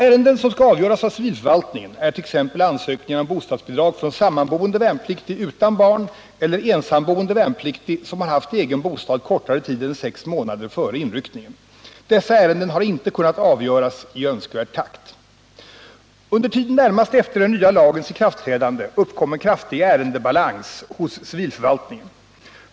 Ärenden som skall avgöras av civilförvaltningen är t.ex. ansökningar om bostadsbidrag från sammanboende värnpliktig utan barn eller ensamboende värnpliktig, som har haft egen bostad kortare tid än sex månader före inryckningen. Dessa ärenden har inte kunnat avgöras i önskvärd takt. Under tiden närmast efter den nya lagens ikraftträdande uppkom en kraftig ärendebalans hos civilförvaltningen.